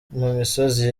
misozi